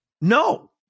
no